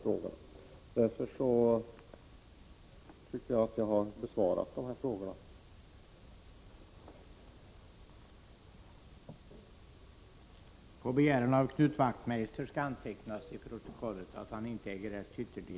Jag tycker att jag har besvarat de frågor som ställts till mig.